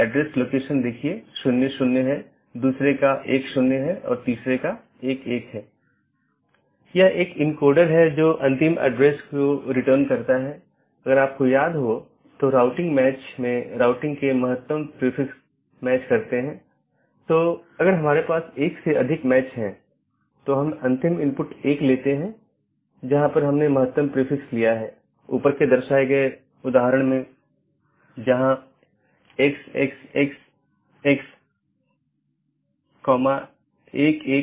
इसलिए जो हम देखते हैं कि मुख्य रूप से दो तरह की चीजें होती हैं एक है मल्टी होम और दूसरा ट्रांजिट जिसमे एक से अधिक कनेक्शन होते हैं लेकिन मल्टी होमेड के मामले में आप ट्रांजिट ट्रैफिक की अनुमति नहीं दे सकते हैं और इसमें एक स्टब प्रकार की चीज होती है जहां केवल स्थानीय ट्रैफ़िक होता है मतलब वो AS में या तो यह उत्पन्न होता है या समाप्त होता है